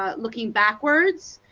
ah looking backwards.